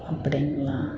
அப்படிங்களா